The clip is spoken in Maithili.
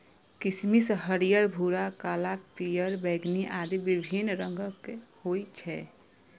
किशमिश हरियर, भूरा, काला, पीयर, बैंगनी आदि विभिन्न रंगक होइ छै